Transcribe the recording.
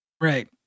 Right